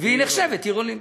והיא נחשבת עיר עולים.